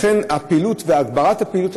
לכן פעילות והגברת הפעילות,